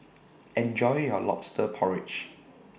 Enjoy your Lobster Porridge